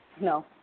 No